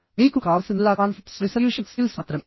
మీకు కావలసిందల్లా conflicts resolution skills మాత్రమే